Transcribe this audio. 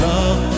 Love